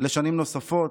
לשנים נוספות.